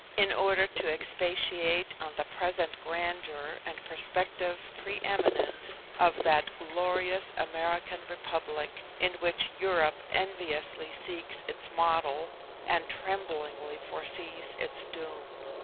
in order to expatiate on the present grandeur and prospective pre-eminence of that glorious american republic, in which europe enviously seeks its model and tremblingly foresees its doom.